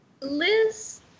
Liz